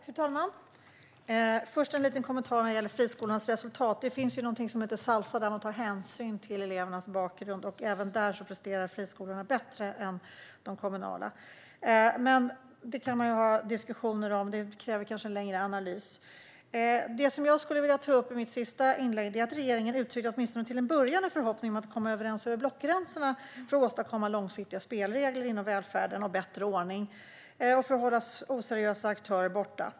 Fru talman! Först har jag en liten kommentar när det gäller friskolornas resultat. Det finns någonting som heter Salsa, där man tar hänsyn till elevernas bakgrund. Även där presterar friskolorna bättre än de kommunala. Men det kan man ha diskussioner om. Det kräver kanske en längre analys. Regeringen uttryckte åtminstone till en början en förhoppning om att komma överens över blockgränserna för att åstadkomma långsiktiga spelregler inom välfärden och bättre ordning för att hålla oseriösa aktörer borta.